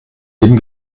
dem